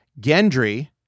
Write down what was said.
Gendry